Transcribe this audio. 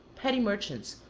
petty merchants,